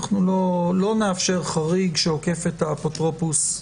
אנחנו לא נאפשר חריג שעוקף את האפוטרופוס,